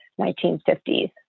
1950s